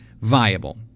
viable